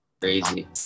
Crazy